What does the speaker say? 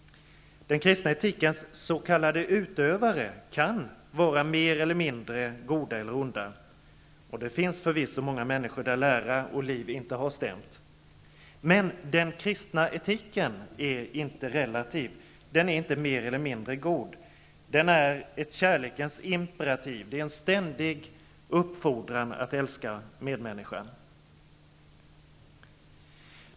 Den kristna etikens s.k. utövare kan vara mer eller mindre goda eller onda. Det finns förvisso många människor för vilka lära och liv inte har stämt. Men den kristna etiken är inte relativ, den är inte mer eller mindre god. Den är ett kärlekens imperativ. Det är en ständig uppfordran att älska medmänniskan.